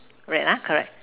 red lah correct